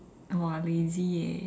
!wah! lazy eh